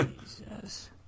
Jesus